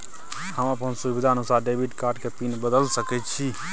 हम अपन सुविधानुसार डेबिट कार्ड के पिन बदल सके छि?